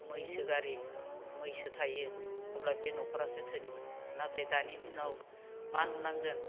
मैसो गारि मैसो थायो अब्ला बे न'खरासो धोनिमोन नाथाय दानि दिनाव मा नुनांगोन